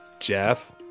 Jeff